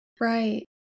Right